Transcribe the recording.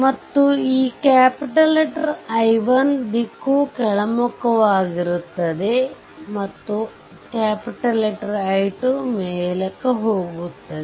ಮತ್ತು ಈ I1 ದಿಕ್ಕು ಕೆಳಮುಖವಾಗಿರುತ್ತದೆ ಮತ್ತು I2 ಮೇಲಕ್ಕೆ ಹೋಗುತ್ತದೆ